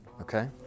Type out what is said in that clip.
Okay